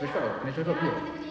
cepat cepat [tau] kena cepat cepat beli